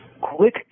quick